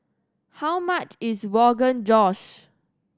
how much is Rogan Josh